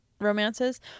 romances